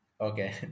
Okay